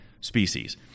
species